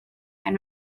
and